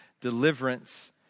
Deliverance